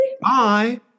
Bye